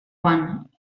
joan